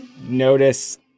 notice